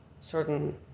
certain